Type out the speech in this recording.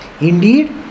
Indeed